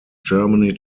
germany